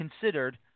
considered